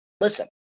Listen